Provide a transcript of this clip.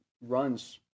runs